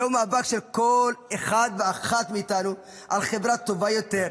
זהו מאבק של כל אחד ואחת מאיתנו על חברה טובה יותר,